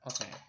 Okay